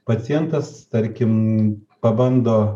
pacientas tarkim pabando